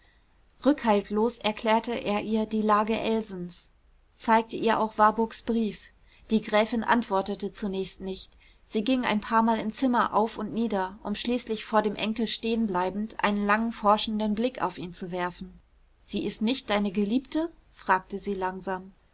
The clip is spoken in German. rückhaltlos erklärte er ihr die lage elsens zeigte ihr auch warburgs brief die gräfin antwortete zunächst nicht sie ging ein paarmal im zimmer auf und nieder um schließlich vor dem enkel stehen bleibend einen langen forschenden blick auf ihn zu werfen sie ist nicht deine geliebte fragte sie langsam